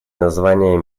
названия